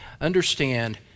Understand